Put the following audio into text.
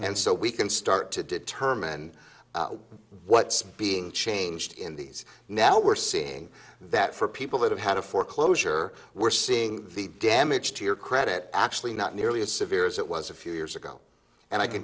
and so we can start to determine what's being changed in these now we're seeing that for people who have had a foreclosure we're seeing the damage to your credit actually not nearly as severe as it was a few years ago and i can